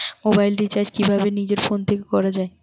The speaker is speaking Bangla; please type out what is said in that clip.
মোবাইল রিচার্জ কিভাবে নিজের ফোন থেকে করা য়ায়?